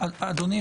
אדוני,